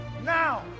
Now